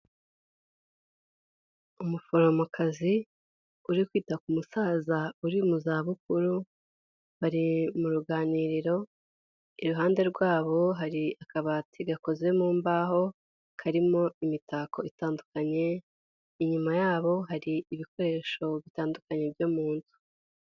Umuforomokazi uri kwita ku musaza uri mu za bukuru mu ruganiriro iruhande rwabo hari akabati gakoze mu mbaho karimo imitako itandukanye inyuma yabo hari ibikoresho bitandukanye byo mu nzu.